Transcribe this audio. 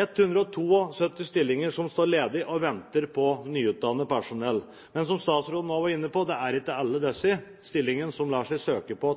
172 stillinger som står ledig og venter på nyutdannet personell. Men som statsråden også var inne på, er det ikke alle disse stillingene som lar seg søke på